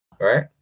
Right